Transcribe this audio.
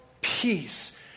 peace